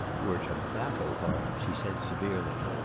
your tobacco heart! she said, severely.